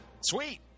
Sweet